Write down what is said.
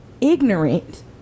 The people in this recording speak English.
ignorant